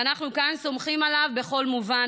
ואנחנו כאן סומכים עליו בכל מובן,